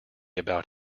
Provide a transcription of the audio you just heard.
about